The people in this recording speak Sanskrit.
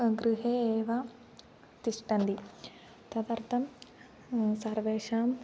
गृहे एव तिष्टन्ति तदर्थं सर्वेषाम्